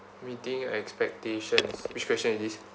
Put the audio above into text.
meeting expectations which question is this